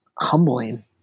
humbling